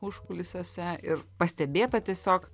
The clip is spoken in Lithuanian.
užkulisiuose ir pastebėta tiesiog